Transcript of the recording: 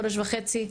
חודש וחצי,